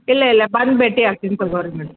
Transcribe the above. ಇಲ್ಲ ಇಲ್ಲ ಬಂದು ಭೇಟಿ ಆಗ್ತೀನಿ ತಗೊಳ್ರಿ ಮ್ಯಾಮ್